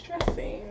stressing